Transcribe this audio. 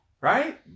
right